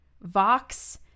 Vox